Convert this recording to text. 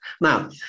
Now